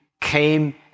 came